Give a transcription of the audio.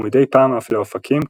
ומדי פעם אף לאופקים,